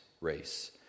race